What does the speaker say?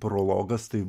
prologas tai